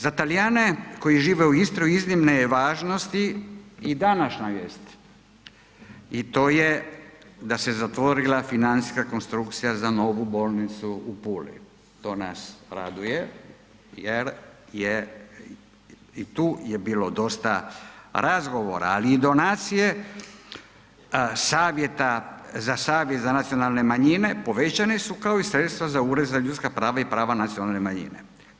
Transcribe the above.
Za Talijane koji žive u Istri iznimne je važnosti i današnja vijest, a to je da se zatvorila financijska konstrukcija za novu bolnicu u Puli, to nas raduje jer je i tu je bilo dosta razgovora, ali i donacije, savjeta za Savjet za nacionalne manjine povećane su kao i sredstva za Ured za ljudska prava i prava nacionalne manjine.